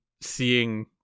seeing